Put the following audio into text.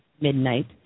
midnight